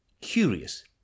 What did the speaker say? curious